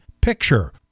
picture